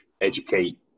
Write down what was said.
educate